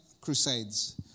crusades